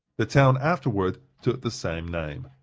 the town afterward took the same name.